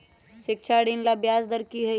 शिक्षा ऋण ला ब्याज दर कि हई?